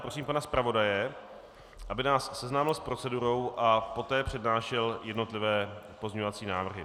Prosím pana zpravodaje, aby nás seznámil s procedurou a poté přednášel jednotlivé pozměňovací návrhy.